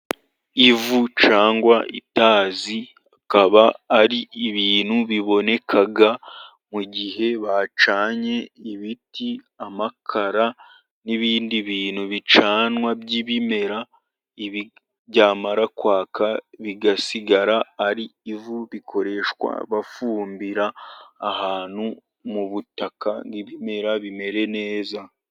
Ivu cyangwa itazi akaba ari ibintu biboneka mu gihe bacanye ibiti, amakara, n'ibindi bintu bicanwa by'ibimera. Byamara kwaka bigasigara ari ivu, bikoreshwa bafumbira ahantu mu butaka, nk'ibimera bimere neza.